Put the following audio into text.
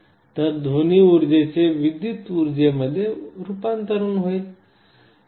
तर ध्वनी ऊर्जेचे विद्युत उर्जेमध्ये रूपांतरित होते